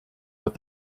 with